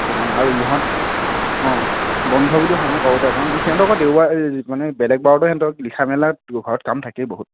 সেইটো কাৰণে আৰু ইহঁত অঁ বন্ধ বুলি সময় পাব পাৰে কাৰণ সিহঁতৰ আকৌ দেওবাৰ মানে বেলেগ বাৰতো সিহঁতৰ লিখা মেলা ঘৰত কাম থাকে বহুত